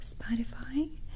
Spotify